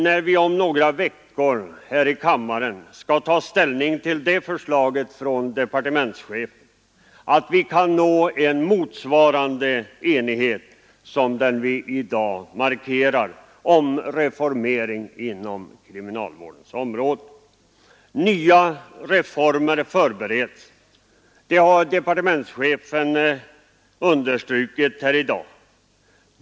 När vi om några veckor här i kammaren skall ta ställning till det förslaget från departementschefen hoppas jag att vi kan nå en enighet motsvarande den vi i dag markerar om en reformering av kriminalvården. Nya reformer förbereds. Det har departementschefen understrukit i dag.